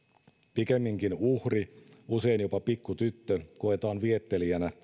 pikemminkin uhri usein jopa pikkutyttö koetaan viettelijänä